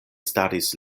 staris